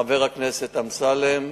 חבר הכנסת אמסלם,